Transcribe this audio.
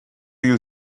you